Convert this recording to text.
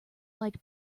like